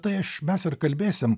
tai aš mes ir kalbėsim